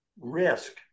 risk